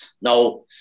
Now